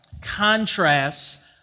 contrasts